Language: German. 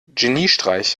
geniestreich